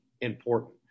important